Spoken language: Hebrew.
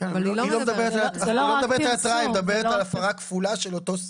היא מדברת על הפרה כפולה של אותו סניף.